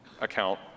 account